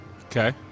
Okay